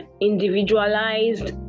individualized